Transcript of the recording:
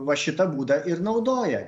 va šitą būdą ir naudoja